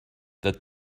that